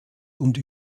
und